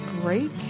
break